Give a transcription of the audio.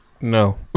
No